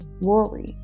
worry